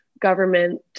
government